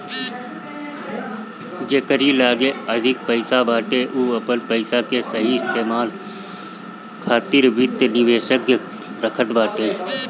जेकरी लगे अधिक पईसा बाटे उ अपनी पईसा के सही इस्तेमाल खातिर वित्त विशेषज्ञ रखत बाटे